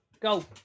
Go